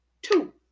Two